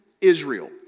Israel